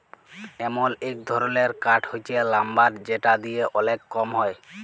এমল এক ধরলের কাঠ হচ্যে লাম্বার যেটা দিয়ে ওলেক কম হ্যয়